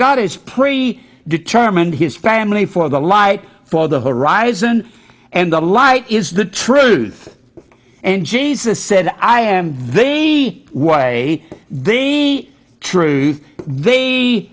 god is pretty determined his family for the light for the horizon and the light is the truth and jesus said i am they way the truth they